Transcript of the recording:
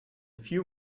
few